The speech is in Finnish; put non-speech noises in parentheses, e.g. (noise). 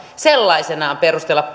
sellaisenaan perustella (unintelligible)